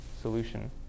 solution